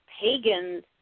pagan